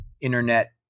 internet